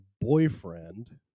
boyfriend